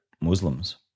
Muslims